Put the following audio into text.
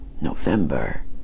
November